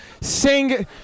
sing